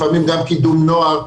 לפעמים גם קידום נוער,